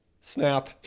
Snap